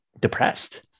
depressed